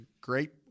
great